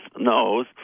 knows